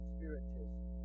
Spiritism